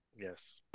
Yes